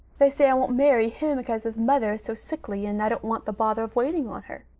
they say i won't marry him because his mother is so sickly and i don't want the bother of waiting on her.